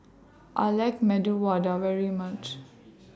I like Medu Vada very much